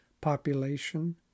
Population